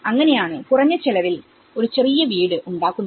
അങ്ങനെയാണ് കുറഞ്ഞ ചിലവിൽ ഒരു ചെറിയ വീട് ഉണ്ടാക്കുന്നത്